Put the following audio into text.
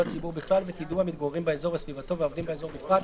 הציבור בכלל ואת יידוע המתגוררים באזור וסביבתו והעובדים באזור בפרט,